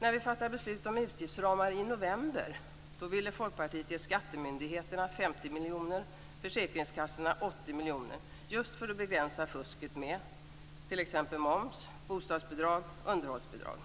När vi fattade beslut om utgiftsramar i november ville Folkpartiet ge skattemyndigheterna 50 miljoner och försäkringskassorna 80 miljoner just för att begränsa fusket med t.ex. moms, bostadsbidrag och underhållsbidrag.